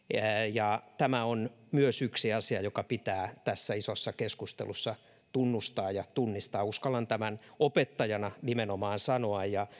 tämä on yksi asia joka pitää tässä isossa keskustelussa tunnustaa ja tunnistaa uskallan tämän opettajana nimenomaan sanoa ja